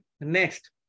Next